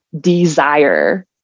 desire